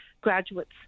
graduates